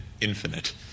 infinite